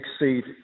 exceed